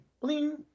bling